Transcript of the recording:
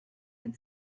had